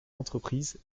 entreprise